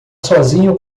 sozinho